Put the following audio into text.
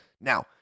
Now